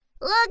Look